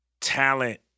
talent